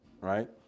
right